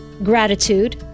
gratitude